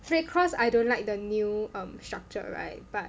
free because I don't like the new um structure right but